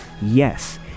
Yes